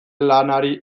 lanari